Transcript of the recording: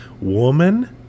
Woman